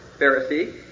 Pharisee